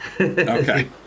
Okay